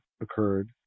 occurred